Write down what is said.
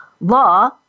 law